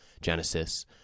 Genesis